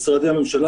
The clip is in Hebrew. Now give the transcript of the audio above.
הממשלה,